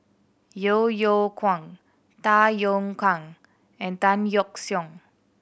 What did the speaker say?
Yeo Yeow Kwang Tay Yong Kwang and Tan Yeok Seong